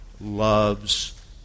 loves